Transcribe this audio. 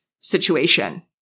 situation